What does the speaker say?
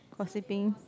gossiping